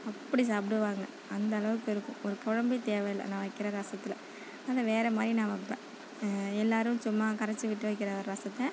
அப்படி சாப்பிடுவாங்க அந்தளவுக்கு இருக்கும் ஒரு குழம்பே தேவையில்லை நான் வைக்கிற ரசத்தில் அதை வேறே மாதிரி நான் வைப்பேன் எல்லோரும் சும்மா கரைத்து விட்டு வைக்கிற ஒரு ரசத்தை